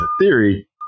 theory